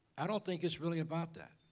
i don't think it's really about that.